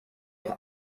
auch